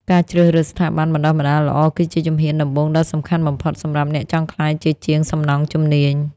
ការជ្រើសរើសស្ថាប័នបណ្តុះបណ្តាលល្អគឺជាជំហានដំបូងដ៏សំខាន់បំផុតសម្រាប់អ្នកចង់ក្លាយជាជាងសំណង់ជំនាញ។